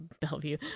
bellevue